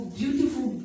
beautiful